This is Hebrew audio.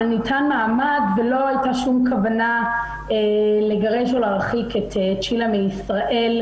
אבל ניתן מעמד ולא הייתה שום כוונה לגרש או להרחיק את צ'ילה מישראל.